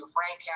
Frank